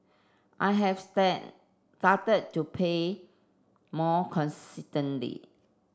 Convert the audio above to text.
I have started to pay more